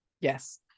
Yes